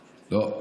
לא,